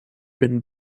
been